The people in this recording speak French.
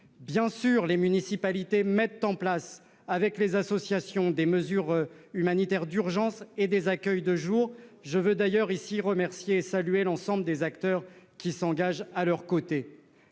Bien sûr, les municipalités mettent en place, avec les associations, des mesures humanitaires d'urgence et des accueils de jour. Je veux d'ailleurs ici remercier et saluer l'ensemble des acteurs qui s'engagent à leurs côtés.